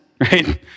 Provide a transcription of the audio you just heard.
right